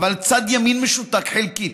אבל צד ימין משותק חלקית.